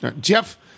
Jeff